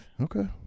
Okay